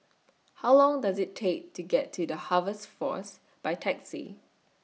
How Long Does IT Take to get to The Harvest Force By Taxi